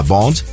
Bond